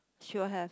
she was has